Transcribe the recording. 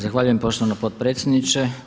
Zahvaljujem poštovana potpredsjednice.